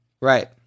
Right